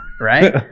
right